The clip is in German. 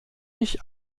ich